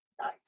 Nice